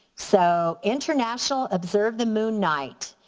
so international observe the moon night,